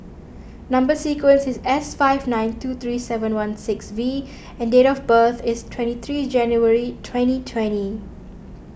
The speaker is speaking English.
Number Sequence is S five nine two three seven one six V and date of birth is twenty three January twenty twenty